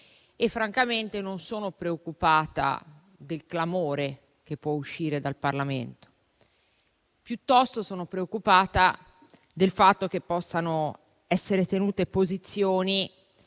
francamente non sono preoccupata del clamore che può uscire dal Parlamento; piuttosto, sono preoccupata del fatto che possano essere tenute posizioni